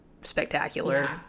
spectacular